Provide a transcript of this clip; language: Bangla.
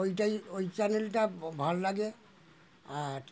ওইটাই ওই চ্যানেলটা ভাল লাগে আর